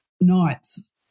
nights